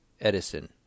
Edison